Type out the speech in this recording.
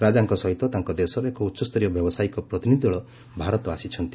ରାଜାଙ୍କ ସହିତ ତାଙ୍କ ଦେଶର ଏକ ଉଚ୍ଚସ୍ତରୀୟ ବ୍ୟାବସାୟିକ ପ୍ରତିନିଧି ଦଳ ଭାରତ ଆସିଛନ୍ତି